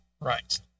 right